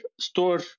store